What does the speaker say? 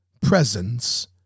presence